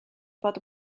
bod